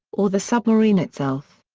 or the submarine itself.